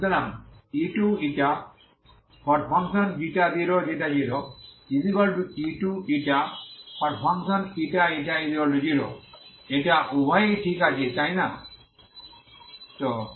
সুতরাং〖u200u2ηη0 Eta উভয়ই একই ঠিক আছে তাই 0